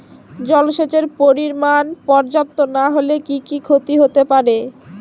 জলসেচের পরিমাণ পর্যাপ্ত না হলে কি কি ক্ষতি হতে পারে?